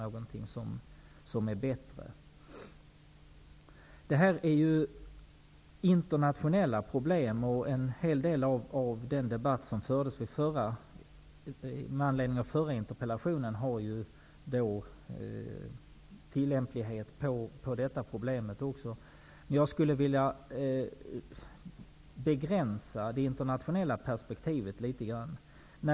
Det här är alltså fråga om internationella problem. En stor del av den debatt som fördes med anledning av den förra interpellationen kan även tillämpas på det problem vi diskuterar nu. Jag skulle vilja begränsa det internationella perspektivet litet grand.